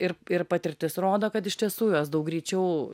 ir ir patirtis rodo kad iš tiesų jos daug greičiau